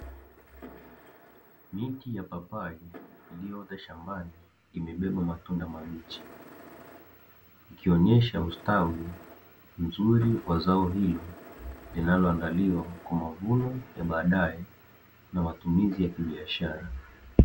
Miti ya mipapai iliyoota shambani, imebeba matunda mabichi. Ikionesha ustawi mzuri wa zao hilo linaloandaliwa kwa mavuno ya baadae na matumizi ya kibiashara.